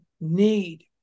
need